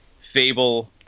Fable